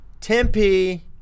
Tempe